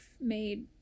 made